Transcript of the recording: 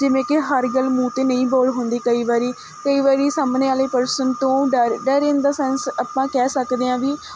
ਜਿਵੇਂ ਕਿ ਹਰ ਗੱਲ ਮੂੰਹ 'ਤੇ ਨਹੀਂ ਬੋਲ ਹੁੰਦੀ ਕਈ ਵਾਰੀ ਕਈ ਵਾਰੀ ਸਾਹਮਣੇ ਵਾਲੇ ਪਰਸਨ ਤੋਂ ਡਰ ਡਰ ਇਨ ਦਾ ਸੈਨਸ ਆਪਾਂ ਕਹਿ ਸਕਦੇ ਹਾਂ ਵੀ